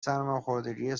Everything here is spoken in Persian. سرماخوردگی